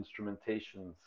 instrumentations